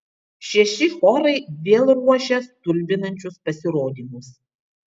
šeši chorai vėl ruošia stulbinančius pasirodymus